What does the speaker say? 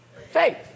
faith